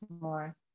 more